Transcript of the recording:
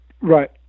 Right